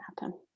happen